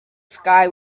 sky